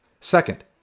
Second